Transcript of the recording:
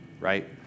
right